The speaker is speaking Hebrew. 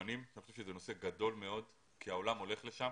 המקוונים שזה נושא גדול מאוד כי העולם הולך לשם